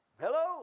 Hello